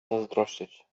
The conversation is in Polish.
zazdrościć